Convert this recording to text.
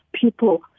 people